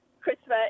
Christopher